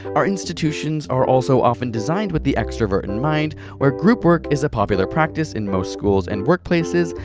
our institutions are also often designed with the extroverts in mind, where group work is a popular practice in most schools and workplaces,